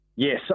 Yes